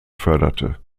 förderte